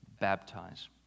baptize